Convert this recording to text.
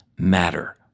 matter